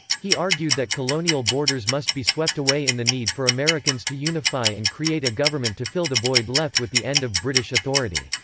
he argued that colonial borders must be swept away in the need for americans to unify and create a government to fill the void left with the end of british authority,